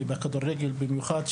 ובמיוחד בכדורגל,